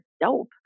dope